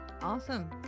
Awesome